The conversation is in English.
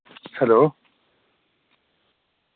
hello